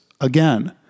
again